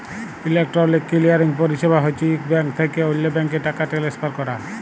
electronic clearing পরিছেবা হছে ইক ব্যাংক থ্যাইকে অল্য ব্যাংকে টাকা টেলেসফার ক্যরা